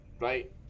Right